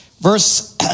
verse